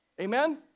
amen